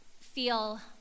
feel